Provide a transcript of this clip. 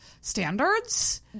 standards